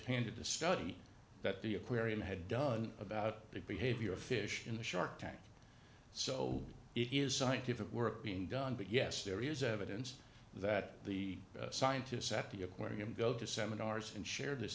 a study that the aquarium had done about the behavior of fish in the shark tank so it is scientific work being done but yes there is evidence that the scientists at the aquarium go to seminars and share this